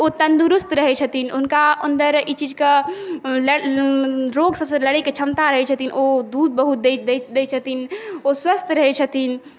ओ तन्दरूस्त रहै छथिन हुनका अन्दर ई चीजके रोग सब सऽ लड़ैके क्षमता रहै छथिन ओ दूध बहुत दै छथिन ओ स्वस्थ रहै छथिन